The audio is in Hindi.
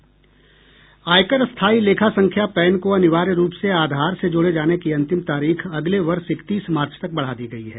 आयकर स्थायी लेखा संख्या पैन को अनिवार्य रूप से आधार से जोड़े जाने की अंतिम तारीख अगले वर्ष इकतीस मार्च तक बढ़ा दी गई है